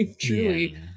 truly